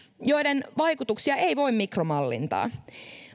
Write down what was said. joiden vaikutuksia ei voi mikromallintaa